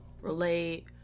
relate